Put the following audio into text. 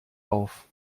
auf